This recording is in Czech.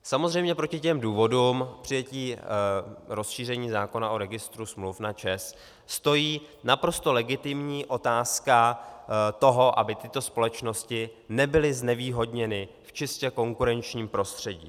Samozřejmě proti těm důvodům přijetí rozšíření zákona o registru smluv na ČEZ stojí naprosto legitimní otázka toho, aby tyto společnosti nebyly znevýhodněny v čistě konkurenčním prostředí.